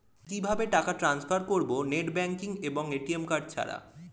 কিভাবে টাকা টান্সফার করব নেট ব্যাংকিং এবং এ.টি.এম কার্ড ছাড়া?